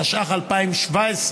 התשע"ח 2017,